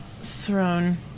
throne